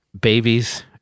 Babies